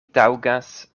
taŭgas